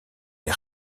les